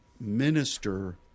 minister